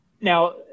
Now –